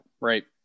Right